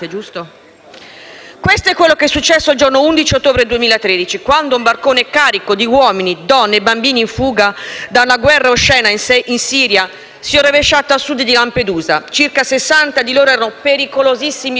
Questo è quello che è successo il giorno 11 ottobre 2013, quando un barcone carico di uomini, donne e bambini in fuga da una guerra oscena in Siria si è rovesciato a Sud di Lampedusa. Circa 60 di loro erano pericolosissimi bambini.